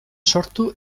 sortu